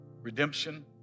redemption